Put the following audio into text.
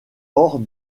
hors